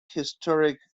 historic